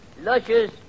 luscious